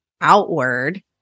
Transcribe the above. outward